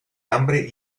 hambre